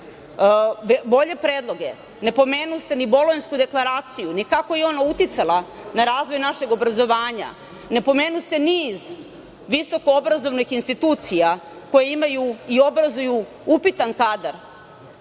bolje predloge. Ne pomenuste ni Bolonjsku deklaraciju, ni kako je ona uticala na razvoj našeg obrazovanja. Ne pomenuste niz visokoobrazovnih institucija koje imaju i obrazuju upitan kadar.